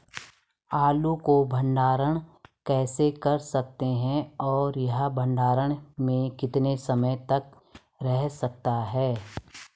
आलू को भंडारण कैसे कर सकते हैं और यह भंडारण में कितने समय तक रह सकता है?